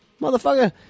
Motherfucker